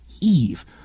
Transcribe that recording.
eve